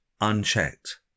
unchecked